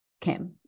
kim